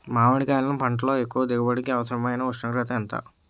మామిడికాయలును పంటలో ఎక్కువ దిగుబడికి అవసరమైన ఉష్ణోగ్రత ఎంత?